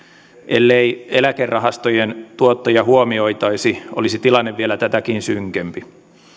ellei eläkerahastojen tuottoja huomioitaisi olisi tilanne vielä tätäkin synkempi